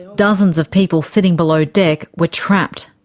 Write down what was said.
dozens of people sitting below deck were trapped.